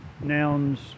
Nouns